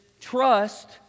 trust